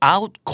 Out